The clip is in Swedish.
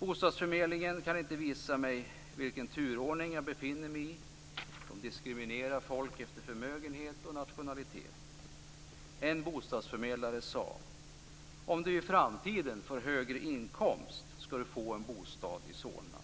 Bostadsförmedlingen kan inte visa mig vilken turordning jag befinner mig i. De diskriminerar folk efter förmögenhet och nationalitet. En bostadsförmedlare sade: Om du i framtiden får högre inkomst skall du få en bostad i Solna.